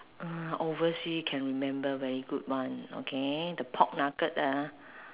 uh oversea can remember very good one okay the pork nugget ah